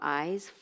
eyes